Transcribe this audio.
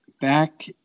Back